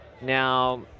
Now